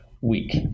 week